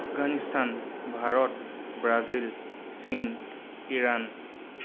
Afghanistan Bharat Brazil চীন Iran